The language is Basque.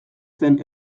zen